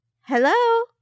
Hello